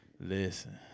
Listen